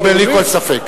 לא, בלי כל ספק.